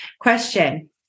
Question